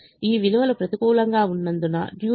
ఈ విలువలు ప్రతికూలంగా ఉన్నందున డ్యూయల్ సాధ్యమే